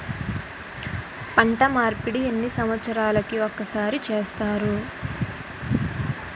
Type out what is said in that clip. పంట మార్పిడి ఎన్ని సంవత్సరాలకి ఒక్కసారి చేస్తారు?